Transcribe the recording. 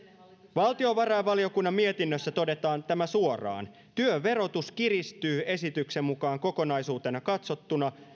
valtiovarainvaliokunnan mietinnössä todetaan tämä suoraan työn verotus kiristyy esityksen mukaan kokonaisuutena katsottuna